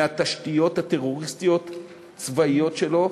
מהתשתיות הטרוריסטיות-צבאיות שלו,